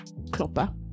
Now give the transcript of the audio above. Klopper